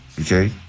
Okay